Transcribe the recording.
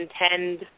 intend